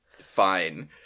Fine